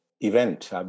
event